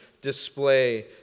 display